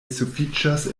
sufiĉas